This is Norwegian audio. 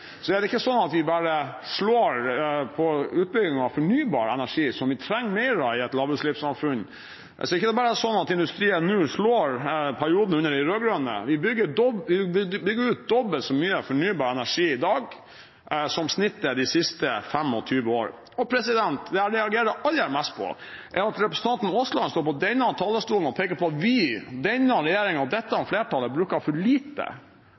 er det ikke sånn at vi bare slår på utbygging av fornybar energi – som vi trenger mer av i et lavutslippssamfunn. Jeg sier ikke at det bare er sånn at industrien nå slår perioden under de rød-grønne: Vi bygger ut dobbelt så mye fornybar energi i dag som snittet de siste 25 år. Det jeg reagerer aller mest på, er at representanten Aasland står på denne talerstolen og peker på at vi – denne regjeringen, dette flertallet – bruker for lite